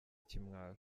ikimwaro